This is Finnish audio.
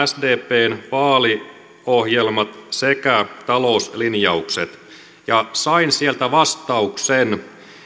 sdpn vaaliohjelman sekä talouslinjaukset sain sieltä vastauksen